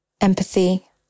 empathy